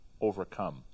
overcome